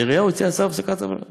העירייה הוציאה צו הפסקת עבודה מינהלי.